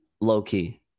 low-key